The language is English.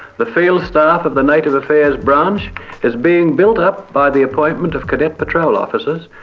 the field staff of the native affairs branch is being built up by the appointment of cadet patrol officers,